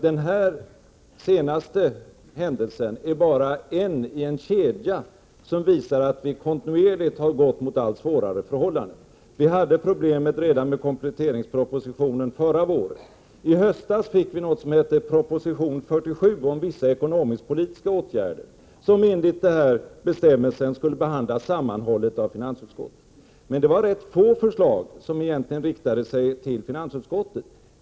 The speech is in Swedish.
Den senaste händelsen är bara en i en kedja som visar att vi kontinuerligt har gått mot allt svårare förhållanden. Vi hade problem med kompletteringspropositionen redan förra våren. I höstas fick vi något som hette proposition 47 om vissa ekonomisk-politiska åtgärder, som enligt bestämmelserna skulle behandlas sammanhållet av finansutskottet. Det var få förslag där som egentligen riktade sig till finansutskottet.